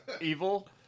Evil